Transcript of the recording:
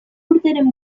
urteren